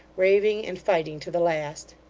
raving and fighting to the last.